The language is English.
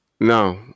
Now